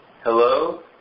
Hello